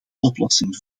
oplossing